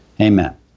Amen